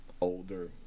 older